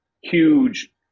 Huge